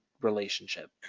relationship